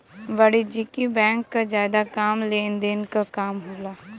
वाणिज्यिक बैंक क जादा काम लेन देन क काम होला